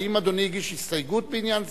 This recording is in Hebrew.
האם אדוני הגיש הסתייגות בעניין זה?